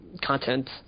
content